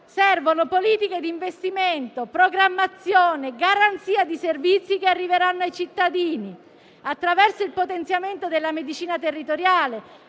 ma politiche di investimento, programmazione e garanzia dei servizi che arriveranno ai cittadini, attraverso il potenziamento della medicina territoriale,